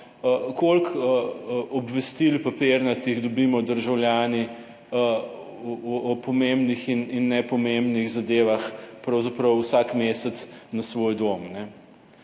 koliko obvestil papirnatih dobimo državljani o pomembnih in nepomembnih zadevah pravzaprav vsak mesec na svoj dom,